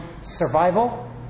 survival